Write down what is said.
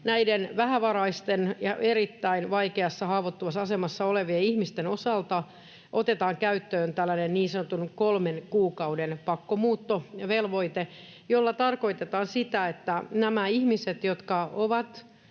näiden vähävaraisten ja erittäin vaikeassa, haavoittuvassa asemassa olevien ihmisten osalta otetaan käyttöön tällainen niin sanottu kolmen kuukauden pakkomuuttovelvoite, jolla tarkoitetaan sitä, että nämä ihmiset, jotka ovat